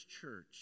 church